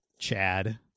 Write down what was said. Chad